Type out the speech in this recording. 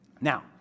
Now